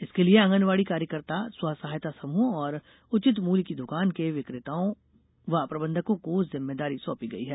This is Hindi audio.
इसके लिए आंगनबाड़ी कार्यकर्ताओं स्वसहायता समूहों और उचित मुल्य की द्वकान के विक्रेताओं व प्रबंधकों को जिम्मेदारी सौंपी गई है